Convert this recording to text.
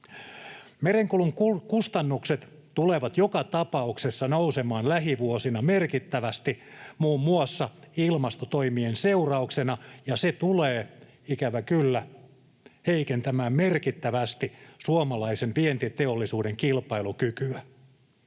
Merenkulun kustannukset tulevat joka tapauksessa nousemaan lähivuosina merkittävästi muun muassa ilmastotoimien seurauksena, ja se tulee, ikävä kyllä, heikentämään merkittävästi suomalaisen vientiteollisuuden kilpailukykyä.